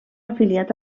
afiliat